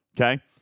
Okay